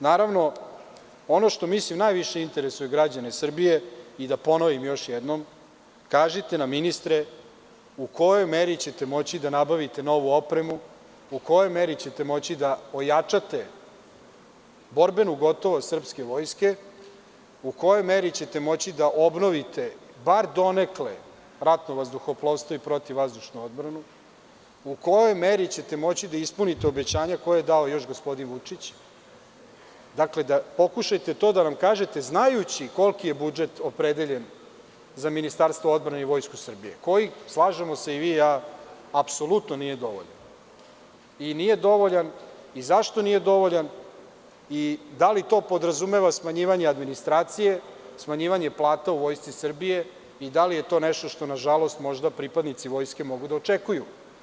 Naravno, ono što mislim da najviše interesuje građane Srbije i da ponovim još jednom, kažite nam, ministre, u kojoj meri ćete moći da nabavite novu opremu, u kojoj meri ćete moći da ojačate borbenu gotovost srpske vojske, u kojoj meri ćete moći da obnovite bar donekle ratno vazduhoplovstvo i protivvazdušnu Dakle, pokušajte to da nam kažete, znajući koliki je budžet opredeljen za Ministarstvo odbrane i Vojsku Srbije, koji, slažemo se i vi i ja, apsolutno nije dovoljan i nije dovoljan i zašto nije dovoljan i da li to podrazumeva smanjivanje administracije, smanjivanje plata u Vojsci Srbije i da li je to nešto što, nažalost, možda pripadnici Vojske mogu da očekuju?